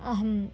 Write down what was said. अहं